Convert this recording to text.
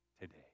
today